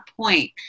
point